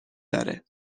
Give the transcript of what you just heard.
داره